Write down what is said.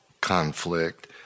conflict